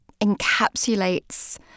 encapsulates